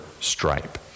stripe